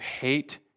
hate